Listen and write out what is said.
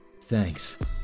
Thanks